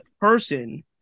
person